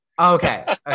Okay